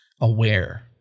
aware